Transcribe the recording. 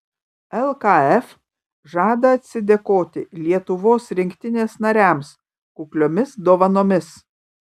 lkf žada atsidėkoti lietuvos rinktinės nariams kukliomis dovanomis